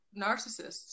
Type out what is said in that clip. narcissists